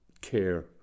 care